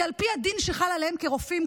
כי על פי הדין שחל עליהם כרופאים,